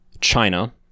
China